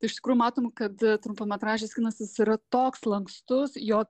iš tikrųjų matom kad trumpametražis kinas jis yra toks lankstus jo